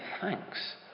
thanks